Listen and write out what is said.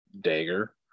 dagger